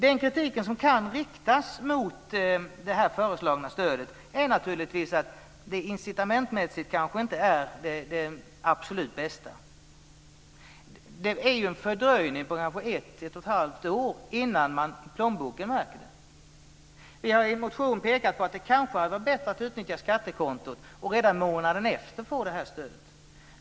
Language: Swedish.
Den kritik som kan riktas mot det föreslagna stödet är naturligtvis att det incitamentmässigt kanske inte är det absolut bästa. Det är en fördröjning kanske på ett till ett och ett halvt år innan det märks i plånboken. Vi har i en motion pekat på att det kanske hade varit bättre att utnyttja skattekontot och redan månaden efter få stödet.